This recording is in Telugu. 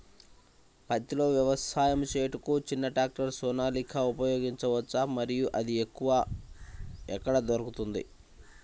పత్తిలో వ్యవసాయము చేయుటకు చిన్న ట్రాక్టర్ సోనాలిక ఉపయోగించవచ్చా మరియు అది ఎక్కడ దొరుకుతుంది?